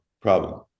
problem